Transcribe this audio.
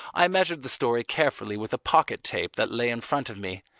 i measured the story carefully with a pocket tape that lay in front of me,